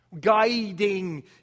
guiding